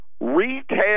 retail